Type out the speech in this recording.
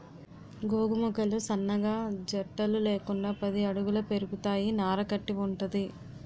గోగు మొక్కలు సన్నగా జట్టలు లేకుండా పది అడుగుల పెరుగుతాయి నార కట్టి వుంటది